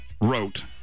wrote